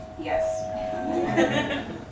Yes